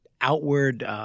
outward –